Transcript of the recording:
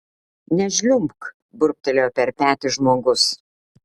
nežliumbk burbtelėjo per petį žmogus